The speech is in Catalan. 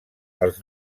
els